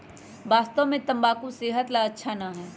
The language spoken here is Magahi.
वास्तव में तंबाकू सेहत ला अच्छा ना है